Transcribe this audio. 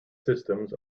systems